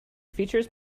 features